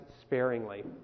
sparingly